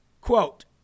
Quote